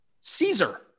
Caesar